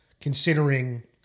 considering